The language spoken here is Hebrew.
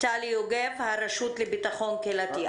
מטלי יוגב, הרשות לביטחון קהילתי.